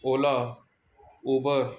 ola Uber